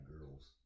girls